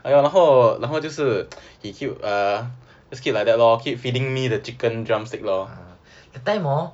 然后然后就是 he keep err just keep like that lor keep feeding me the chicken drumstick lor